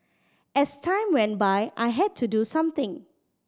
as time went by I had to do something